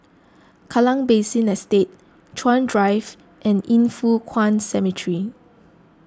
Kallang Basin Estate Chuan Drive and Yin Foh Kuan Cemetery